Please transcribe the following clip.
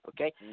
Okay